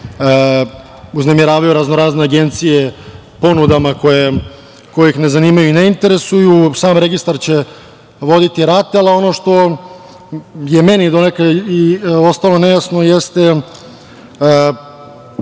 uznemiravaju raznorazne agencije ponudama koje ih ne zanimaju i ne interesuju. Sam registar će voditi Ratel. Ono što je meni donekle ostalo nejasno jeste,